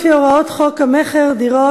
לפי הוראות חוק המכר (דירות),